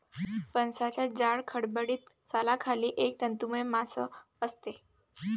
फणसाच्या जाड, खडबडीत सालाखाली एक तंतुमय मांस असते